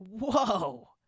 Whoa